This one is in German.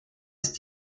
ist